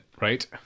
Right